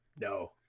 No